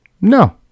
no